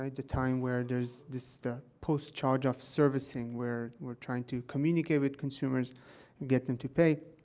um the time where there's just, ah, post-charge-off servicing, where we're trying to communicate with consumers and get them to pay.